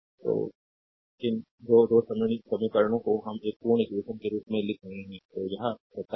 तो इन 2 2 समीकरणों को हम एक पूर्ण इक्वेशन के रूप में लिख रहे हैं तो यह 27 है